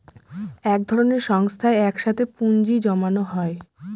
এক ধরনের সংস্থায় এক সাথে পুঁজি জমানো হয়